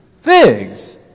figs